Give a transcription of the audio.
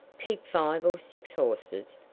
keep five or six horses,